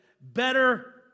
Better